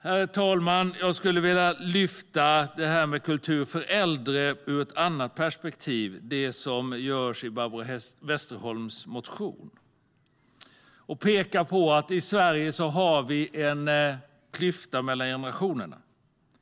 Herr talman! Jag skulle vilja lyfta upp frågan om kultur för äldre ur ett annat perspektiv, det som finns i Barbro Westerholms motion, och peka på att vi i Sverige har en klyfta mellan generationerna.